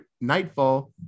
Nightfall